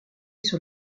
sur